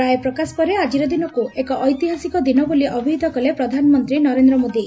ରାୟ ପ୍ରକାଶ ପରେ ଆଜିର ଦିନକୁ ଏକ ଐତିହାସିକ ଦିନ ବୋଲି ଅଭିହିତ କଲେ ପ୍ରଧାନମନ୍ତୀ ନରେନ୍ଦ୍ର ମୋଦି